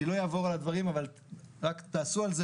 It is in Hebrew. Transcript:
אני לא אעבור על הדברים אבל רק תעשו על זה